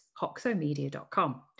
hoxomedia.com